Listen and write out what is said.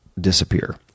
disappear